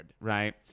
right